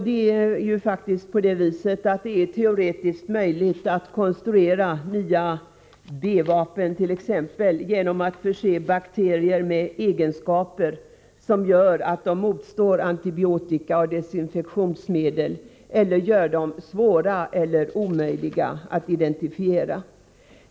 Det är ju faktiskt teoretiskt möjligt att konstruera nya B-vapen t.ex. genom att förse bakterier med egenskaper som gör att de motstår antibiotika och desinfektionsmedel eller gör dem svåra eller omöjliga att identifiera.